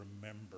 remember